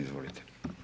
Izvolite.